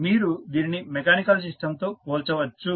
మీరు దీనిని మెకానికల్ సిస్టంతో పోల్చవచ్చు